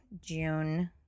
June